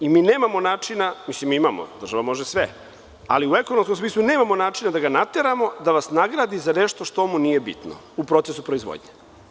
Mi nemamo načina, mislim imamo, država može sve, ali u ekonomskom smislu nemamo način da ga nateramo da vas nagradi za nešto što mu nije bitno u procesu proizvodnje.